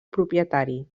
propietari